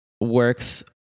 works